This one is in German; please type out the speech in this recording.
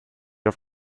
auf